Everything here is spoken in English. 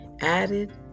added